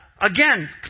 Again